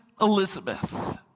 Elizabeth